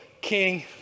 king